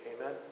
Amen